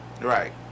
Right